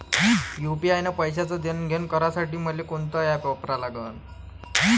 UPI न पैशाचं देणंघेणं करासाठी मले कोनते ॲप वापरा लागन?